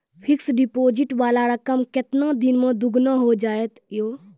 Fixed deposit वाला रकम केतना दिन मे दुगूना हो जाएत यो?